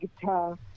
guitar